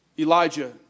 Elijah